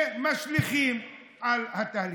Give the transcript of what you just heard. משליכים על התהליך.